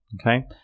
okay